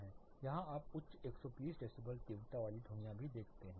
आप यहां उच्च 120 डेसीबल तीव्रता वाली ध्वनियों भी देखते है